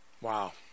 Wow